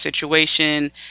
situation